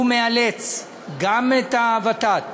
הוא מאלץ גם את הוות"ת